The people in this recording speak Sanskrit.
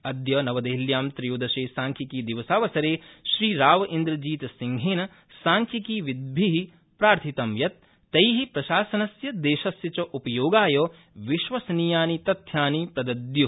अद्य नव देहल्यां त्रयोदशे सांख्यिकीदिवसावसरे श्रीरावइन्द्रजीतसिंहेन सांख्यिकीविन्द्रि प्रार्थितं यत् तै प्रशासनस्य देशस्य च उपयोगाय विश्वसनीयानि तथ्यानि प्रदद्यू